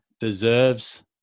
deserves